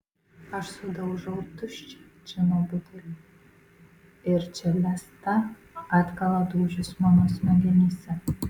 aš sudaužau tuščią džino butelį ir čelesta atkala dūžius mano smegenyse